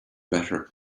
better